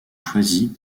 choisis